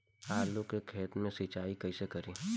आलू के खेत मे सिचाई कइसे करीं?